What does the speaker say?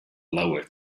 lower